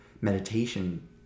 meditation